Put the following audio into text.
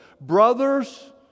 Brothers